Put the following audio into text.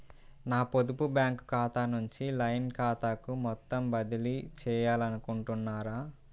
నా పొదుపు బ్యాంకు ఖాతా నుంచి లైన్ ఖాతాకు మొత్తం బదిలీ చేయాలనుకుంటున్నారా?